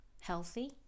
healthy